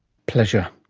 pleasure.